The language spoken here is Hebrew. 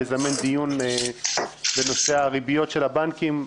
לזמן דיון בנושא הריביות של הבנקים.